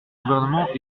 gouvernement